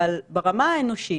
אבל ברמה האנושית,